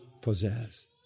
possess